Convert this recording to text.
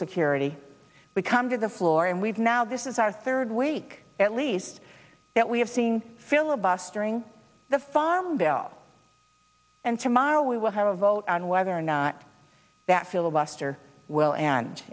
security we come to the floor and we've now this is our third week at least that we have seen filibustering the farm bill and tomorrow we will have a vote on whether or not that filibuster will end